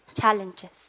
Challenges